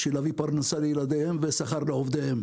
בשביל להביא פרנסה לילדיהם ושכר לעובדיהם.